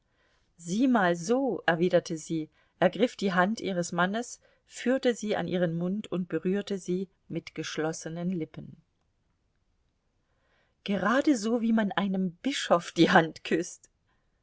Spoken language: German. sieh mal so erwiderte sie ergriff die hand ihres mannes führte sie an ihren mund und berührte sie mit geschlossenen lippen geradeso wie man einem bischof die hand küßt